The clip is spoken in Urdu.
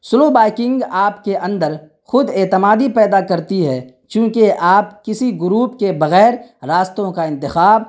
سلو بائکنگ آپ کے اندر خود اعتمادی پیدا کرتی ہے چونکہ آپ کسی گروپ کے بغیر راستوں کا انتخاب